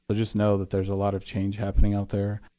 but just know that there's a lot of change happening out there.